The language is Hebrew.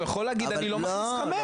הוא יכול להגיד שהוא לא מכניס חמץ.